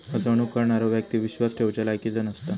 फसवणूक करणारो व्यक्ती विश्वास ठेवच्या लायकीचो नसता